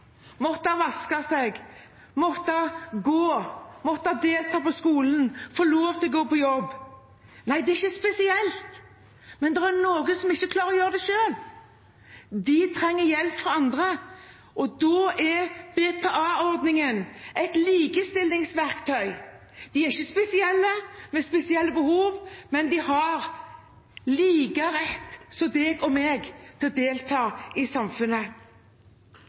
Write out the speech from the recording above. måtte vaske seg, måtte gå, måtte delta på skolen, få lov til å gå på jobb?» Nei, det er ikke spesielt, men det er noen som ikke klarer å gjøre det selv. De trenger hjelp av andre, og da er BPA-ordningen et likestillingsverktøy. De er ikke spesielle, med spesielle behov, men de har like stor rett som deg og meg til å delta i samfunnet.